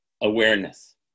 awareness